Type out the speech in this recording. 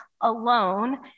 alone